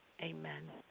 Amen